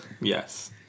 Yes